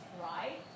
right